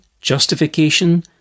justification